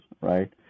right